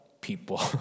people